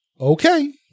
Okay